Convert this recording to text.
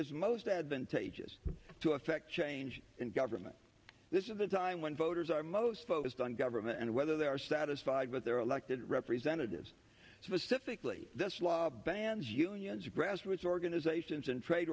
is most advantageous to effect change in government this is the time when voters are most focused on government and whether they are satisfied with their elected representatives specifically this law bans unions or grassroots organizations and trade